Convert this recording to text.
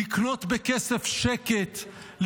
לקנות בכסף שקט,